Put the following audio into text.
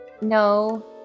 No